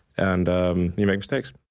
and you make mistakes